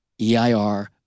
EIR